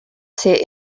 ser